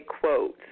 quotes